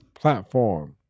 platform